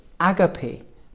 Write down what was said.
agape